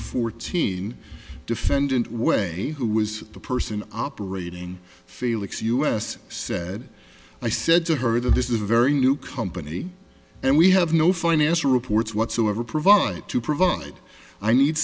fourteen defendant way who was the person operating flix us said i said to her that this is a very new company and we have no financial reports whatsoever provide to provide i need